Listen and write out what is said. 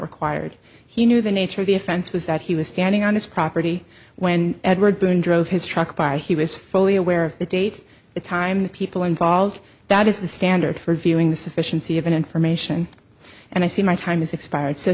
required he knew the nature of the offense was that he was standing on his property when edward byrne drove his truck by he was fully aware of the date the time the people involved that is the standard for viewing the sufficiency of information and i see my time is expired so